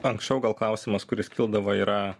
anksčiau gal klausimas kuris kildavo yra